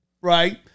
right